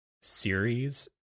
series